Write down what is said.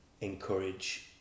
encourage